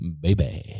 Baby